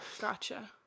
gotcha